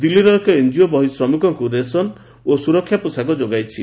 ଦିଲ୍ଲୀର ଏକ ଏନ୍ଜିଓ ବହୁ ଶ୍ରମିକଙ୍କୁ ରେସନ୍ ଓ ସୁରକ୍ଷା ପୋଷାକ ଯୋଗାଇଛି